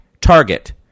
Target